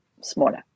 smaller